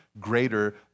greater